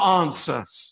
answers